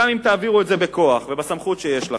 גם אם תעבירו את זה בכוח ובסמכות שיש לכם,